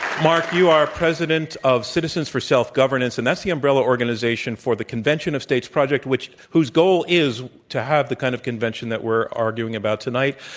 mark, you are president of citizens for self-governance. and that's the umbrella organization for the convention of states project, whose goal is to have the kind of convention that we're arguing about tonight.